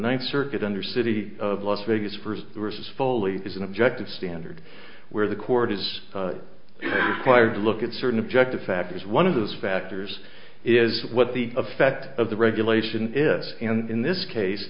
ninth circuit under city of las vegas first versus foley is an objective standard where the court is wired to look at certain objective factors one of those factors is what the effect of the regulation is and in this case